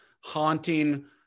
haunting